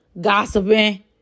gossiping